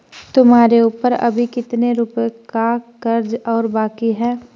तुम्हारे ऊपर अभी कितने रुपयों का कर्ज और बाकी है?